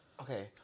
okay